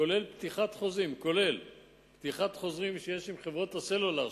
כולל פתיחת חוזים שיש עם חברות הסלולר,